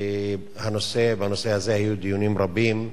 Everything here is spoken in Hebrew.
בנושא הזה היו דיונים רבים,